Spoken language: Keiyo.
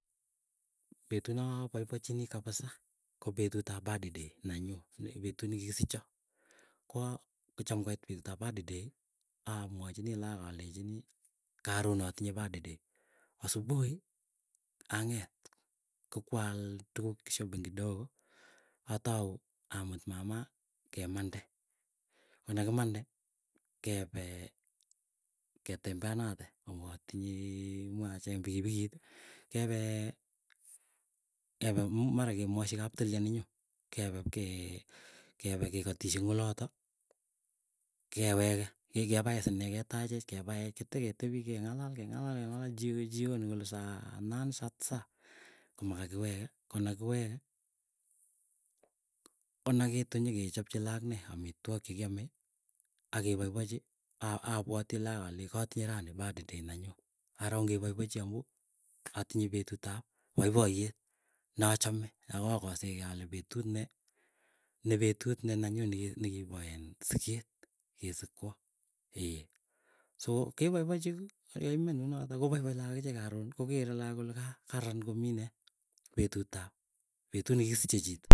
Petu naa paipachinii kapisa kopetut ap birthday nanyuu, petut nekikisicho. Koa cham ngoit petut ap birthday amwachinii lagook alechinii karoon atinye birthday. Asubuhi ang'et kokwal tuguk shopping kidogo, atau amut mamaa, kemande konekimande kepee ketembeanate akotinye muuch acheng pikpikiit. Kepee kepe mara muu kemwachi kaptilya nenyuu. Kepee ipkee kepee kekatisye ing oloto. Keweke kepaech sinee ketachech kepaech kiteketepii, keng'alal keng'alal keng'alal jioni jioni kole saa nane saa tisa komakakiweke. Konakiweke konakiitu nyekechopchi laak, ne amitwok chekiame akepaipachi apwati laak ale katinye raani birthday nenyuu. Ara ongepaipachi amuu atinye petut ap poipoyet nechame akakosekei alee petut ne nepetut nenenyuu nekipo iin siket kesikwoo, so kepoipochi, yaimen kunotok kopaipai laakakichek karoon kokere lakook kole kaa kararan komii petut nekikisiche chii.